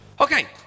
Okay